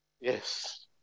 Yes